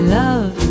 love